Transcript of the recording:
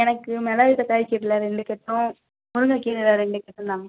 எனக்கு மிளகு தக்காளி கீரையில் ரெண்டு கட்டும் முருங்கைக் கீரையில் ரெண்டு கட்டும் தாங்க